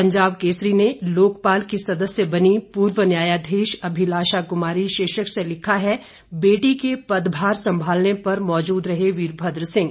पंजाब केसरी ने लोकपाल की सदस्य बनी पूर्व न्यायाधीश अभिभाषा कुमारी शीर्षक से लिखा है बेटी के पदभार संभालने पर मौजूद रहे वीरभद्र सिंह